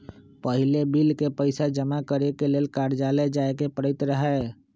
पहिले बिल के पइसा जमा करेके लेल कर्जालय जाय के परैत रहए